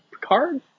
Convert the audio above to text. Picard